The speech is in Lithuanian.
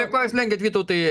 prie ko jūs lenkiat vytautai